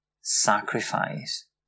sacrifice